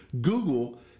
Google